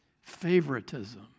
Favoritism